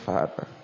Father